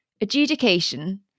adjudication